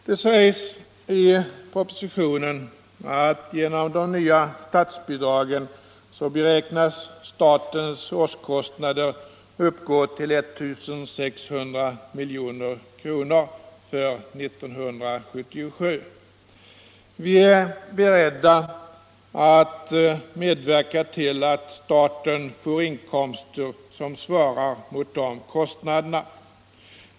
Det sägs i propositionen att genom de nya statsbidragen beräknas statens årskostnader uppgå till 1 600 milj.kr. för 1977. Vi är beredda att medverka till att staten får inkomster som svarar mot dessa kostnader.